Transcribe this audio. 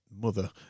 Mother